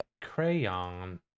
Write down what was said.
crayon